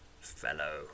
Fellow